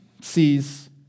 sees